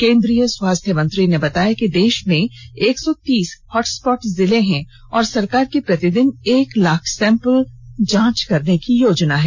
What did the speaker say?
केन्द्रीय स्वास्थ्य मंत्री ने बताया कि देश में एक सौ तीस हॉट स्पॉट जिले हैं और सरकार की प्रतिदिन एक लाख सेंपल जांच करने की योजना है